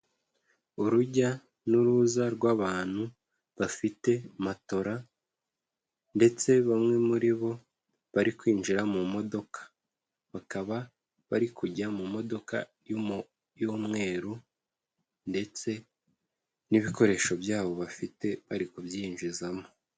Urujya n'uruza rw'abantu bafite matola ndetse bamwe muri bo bari kwinjira mu modoka, bakaba bari kujya mu modoka y'umweru ndetse n'ibikoresho byabo bafite bari kubyinjizamo.